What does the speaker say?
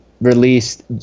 released